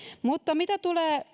mutta mitä tulee